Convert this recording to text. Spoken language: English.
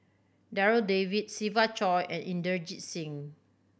Darryl David Siva Choy and Inderjit Singh